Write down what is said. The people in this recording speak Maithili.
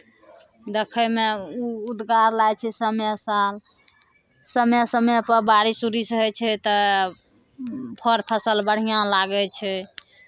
देखयमे उद्गार लागै छै समय साल समय समयपर बारिश उरिश होइ छै तऽ फड़ फसल बढ़िआँ लागै छै